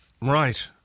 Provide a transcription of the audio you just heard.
Right